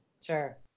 Sure